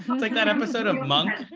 um like that episode of monk.